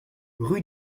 rue